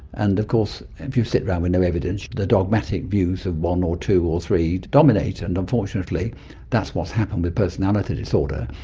and of course if you sit around with no evidence the dogmatic views of one or two or three dominate, and unfortunately that's what's happened with personality disorder,